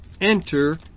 enter